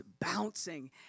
bouncing